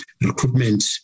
recruitment